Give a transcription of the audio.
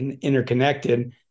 interconnected